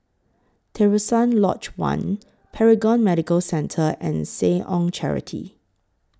Terusan Lodge one Paragon Medical Centre and Seh Ong Charity